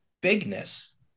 bigness